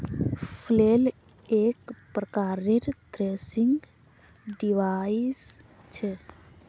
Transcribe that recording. flail एक प्रकारेर threshing device छ